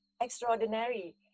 extraordinary